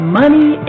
money